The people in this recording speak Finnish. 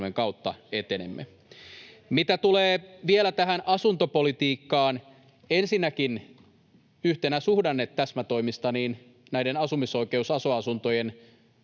Loistavaa!] Mitä tulee vielä tähän asuntopolitiikkaan, ensinnäkin yhtenä suhdannetäsmätoimista näiden asumisoikeus- eli aso-asuntojen